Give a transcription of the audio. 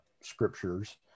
scriptures